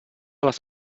les